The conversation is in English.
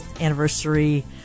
anniversary